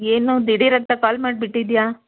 ಏನು ಧಿಡೀರಂತ ಕಾಲ್ ಮಾಡ್ಬಿಟ್ಟಿದೀಯಾ